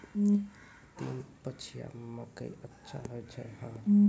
तीन पछिया मकई अच्छा होय छै?